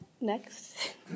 next